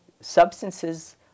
substances